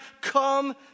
come